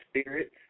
spirits